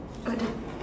oh the